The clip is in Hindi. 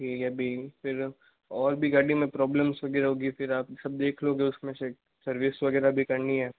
ठीक है भी फिर और भी गाड़ी में प्रॉब्लेम्स वगैरह होगी फिर आप सब देख लो गए उसमें से सर्विस वगैरह भी करनी है